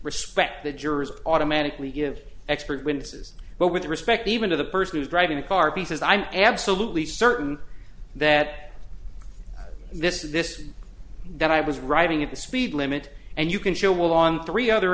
respect the jurors automatically give expert witnesses but with respect even to the person who's driving a car pieces i'm absolutely certain that this is this that i was riding at the speed limit and you can show on three other